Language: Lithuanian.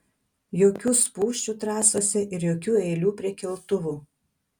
jokių spūsčių trasose ir jokių eilių prie keltuvų